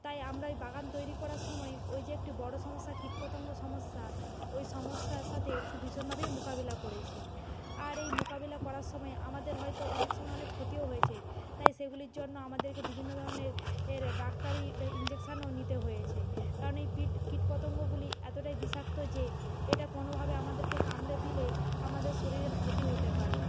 তাই আমরা ওই বাগান তৈরি করার সময় ওই যে একটি বড়ো সমস্যা কীট পতঙ্গ সমস্যা ওই সমস্যার সাতে খুব ভীষণভাবেই মোকাবেলা করেছি আর এই মোকাবেলা করার সময় আমাদের হয়তো অনেক সময় অনেক ক্ষতিও হয়েছে তাই সেগুলির জন্য আমাদেরকে বিভিন্ন ধরনের এর ডাক্তারি বা ইনজেকশানও নিতে হয়েছে কারণ এই পীট কীট পতঙ্গগুলি এতোটাই বিষাক্ত যে এটা কোনোভাবে আমাদেরকে কামড়ে দিলে আমাদের শরীরের ক্ষতি হতে পারে